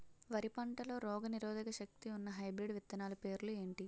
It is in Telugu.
వరి పంటలో రోగనిరోదక శక్తి ఉన్న హైబ్రిడ్ విత్తనాలు పేర్లు ఏంటి?